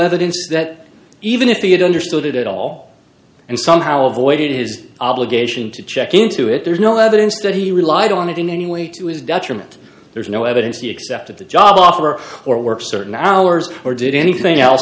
evidence that even if he had understood it at all and somehow avoided his obligation to check into it there's no evidence that he relied on it in any way to his detriment there's no evidence he accepted the job offer or work certain hours or did anything else